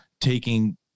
taking